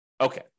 Okay